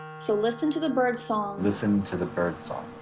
so listen to the birdsong. listen to the birdsong.